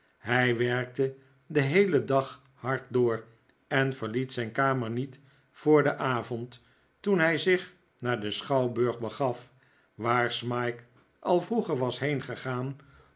hij werkte den heelen dag hard door en verliet zijn kamer niet voor den avond toen hij zich naar den schouwburg begaf waar smike al vroeger was heengegaan